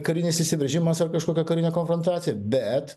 karinis įsiveržimas ar kažkokia karinė konfrontacija bet